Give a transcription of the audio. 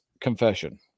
confession